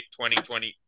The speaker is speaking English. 2020